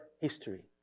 history